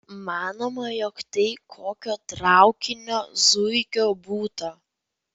manoma jog tai kokio traukinio zuikio būta